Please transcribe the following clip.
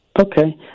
Okay